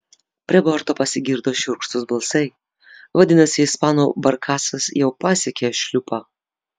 prie borto pasigirdo šiurkštūs balsai vadinasi ispanų barkasas jau pasiekė šliupą